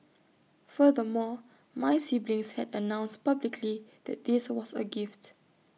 furthermore my siblings had announced publicly that this was A gift